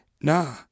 nah